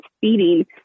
feeding